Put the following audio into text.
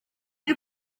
iri